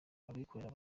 abikorera